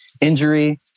injury